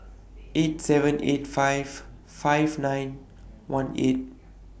eight seven eight five five nine one eight